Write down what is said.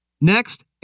Next